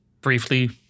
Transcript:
briefly